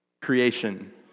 Creation